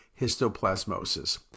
histoplasmosis